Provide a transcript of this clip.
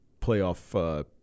playoff